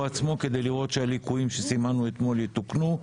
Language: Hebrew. עצמו כדי לראות שהליקויים שסימנו אתמול יתוקנו.